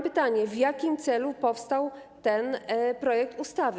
Pytanie: W jakim celu powstał ten projekt ustawy?